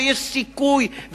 ויש סיכוי,